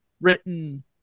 written